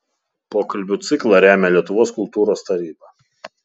pokalbių ciklą remia lietuvos kultūros taryba